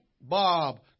bob